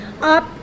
up